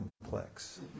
complex